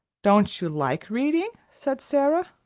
don't you like reading? said sara.